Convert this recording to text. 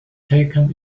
taken